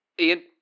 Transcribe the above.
Ian